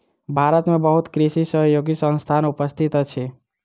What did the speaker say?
भारत में बहुत कृषि सहयोगी संस्थान उपस्थित अछि